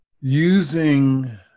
Using